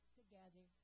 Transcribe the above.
together